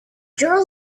jar